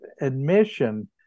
admission